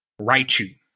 Raichu